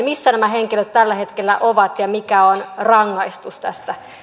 missä nämä henkilöt tällä hetkellä ovat ja mikä on rangaistus tästä